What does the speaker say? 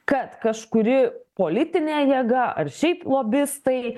kad kažkuri politinė jėga ar šiaip lobistai